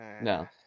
No